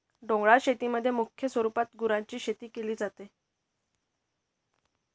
डोंगराळ शेतीमध्ये मुख्य स्वरूपात गुरांची शेती केली जाते